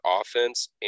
offense